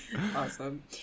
Awesome